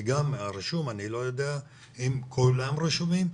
כי גם אני לא יודע אם כולם רשומים,